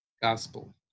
Gospel